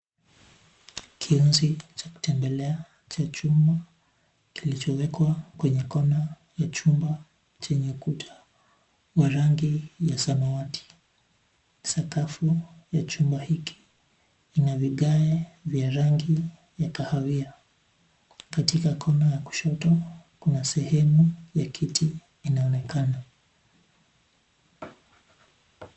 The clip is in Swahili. Kiunzi cha kutembelea cha chuma kilichowekwa kwenye kona ya chumba chenye ukuta wa rangi ya samawati. Sakafu ya chumba hiki ina vigae vya rangi ya kahawia. Katika kona ya kushoto kuna sehemu ya kiti inaonekana.